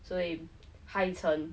所以害成